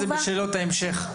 זה בשאלות ההמשך.